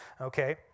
okay